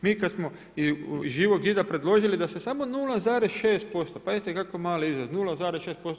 Mi kad smo iz Živog zida predložili da se samo 0,6%, pazite kako mali izraz 0,6%